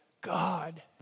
God